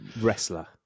wrestler